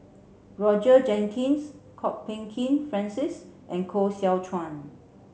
Roger Jenkins Kwok Peng Kin Francis and Koh Seow Chuan